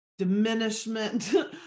diminishment